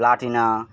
Platina